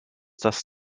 das